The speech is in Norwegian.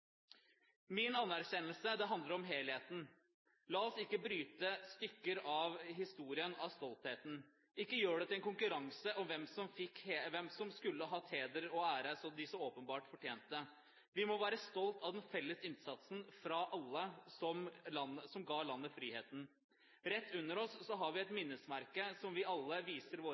Min anerkjennelse handler om helheten. La oss ikke bryte stykker av historien ut fra stoltheten. Ikke gjør det til en konkurranse om hvem som skulle hatt heder og ære, som de så åpenbart fortjente. Vi må være stolte av den felles innsatsen til alle som ga landet friheten. Rett under oss har vi et minnesmerke som vi alle viser våre